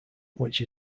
which